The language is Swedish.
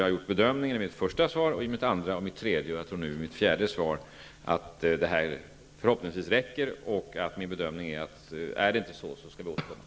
Jag har gjort den bedömningen i mitt första, andra, tredje och fjärde svar, att det här förhoppningsvis räcker. Är det inte så, skall vi återkomma.